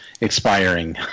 expiring